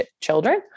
children